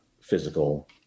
physical